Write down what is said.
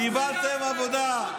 קיבלתם עבודה,